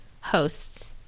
hosts